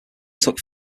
took